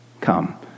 come